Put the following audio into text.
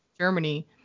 germany